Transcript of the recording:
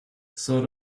sort